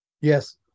Yes